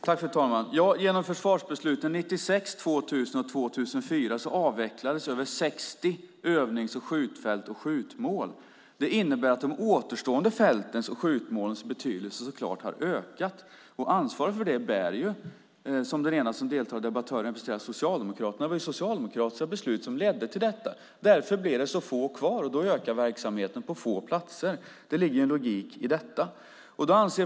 Fru talman! Genom försvarsbesluten 1996, 2000 och 2004 avvecklades över 60 övnings och skjutfält och skjutmål. Det innebär att de återstående fältens och skjutmålens betydelse har ökat, och ansvaret för det bär ju Socialdemokraterna som den ena av debattörerna representerar. Det var socialdemokratiska beslut som ledde till detta. Därför blev det så få kvar, och då ökar verksamheten på få platser. Det ligger en logik i detta.